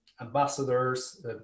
ambassadors